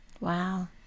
Wow